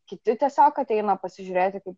kiti tiesiog ateina pasižiūrėti kaip